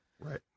Right